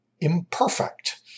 imperfect